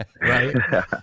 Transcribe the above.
right